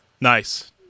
Nice